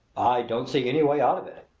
i don't see any way out of it,